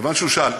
כיוון שהוא שאל,